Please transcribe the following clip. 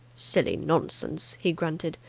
silly nonsense! he grunted.